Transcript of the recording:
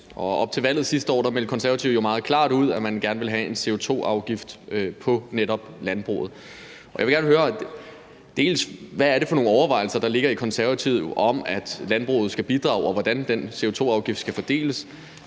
Op til valget sidste år meldte Konservative jo meget klart ud, at man gerne vil have en CO2-afgift på netop landbruget. Jeg vil gerne høre, dels hvad det er for nogle overvejelser, der er hos Konservative, om, at landbruget skal bidrage, og hvordan den CO2-afgift skal fordeles,